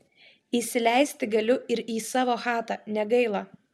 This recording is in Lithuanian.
įsileisti galiu ir į savo chatą negaila